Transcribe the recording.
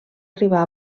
arribar